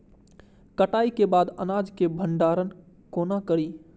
कटाई के बाद अनाज के भंडारण कोना करी?